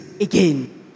again